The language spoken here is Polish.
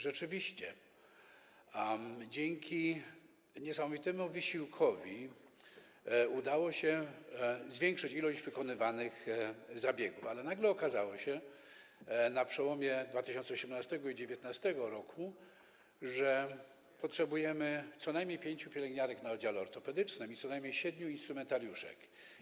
Rzeczywiście, dzięki niesamowitemu wysiłkowi udało się zwiększyć ilość wykonywanych zabiegów, ale nagle okazało się na przełomie 2018 i 2019 r., że potrzebujemy co najmniej pięciu pielęgniarek na oddziale ortopedycznym i co najmniej siedmiu instrumentariuszek.